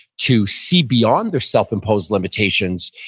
to see beyond their self-imposed limitations,